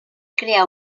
crear